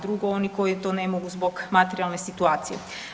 Drugo oni koji to ne mogu zbog materijalne situacije.